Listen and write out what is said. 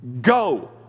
go